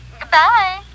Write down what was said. Goodbye